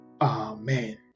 Amen